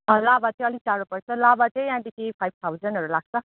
अँ लाभा चाहिँ अलिक टाढो पर्छ लाभा चाहिँ यहाँदेखि फाइभ थाउजन्डहरू लाग्छ